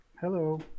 Hello